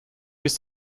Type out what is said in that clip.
bis